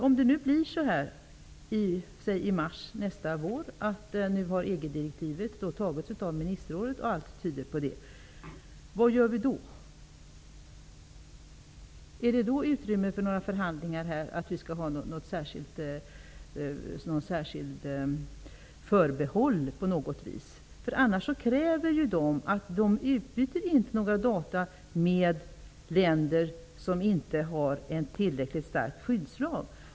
Om det nu blir så, vilket allt tyder på, att EG direktivet antas i mars nästa år av ministerrådet, vad gör vi då? Finns det då utrymme för några förhandlingar om att vi skall ha ett särskilt förbehåll? Annars kommer man inom EG att säga att man inte utbyter några data med länder som inte har en tillräckligt stark skyddslag.